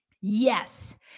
Yes